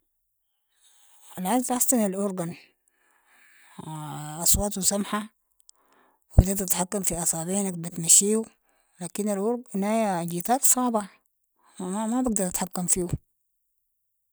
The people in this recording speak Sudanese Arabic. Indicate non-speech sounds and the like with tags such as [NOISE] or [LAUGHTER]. العزف احسن الاورقن، [HESITATION] اصواتو سمحة بتقدر تتحكم في اصابعينك بتمشيو، لكن الارق هناية الجيتار صعبة ما ما ما بقدر اتحكم فيو.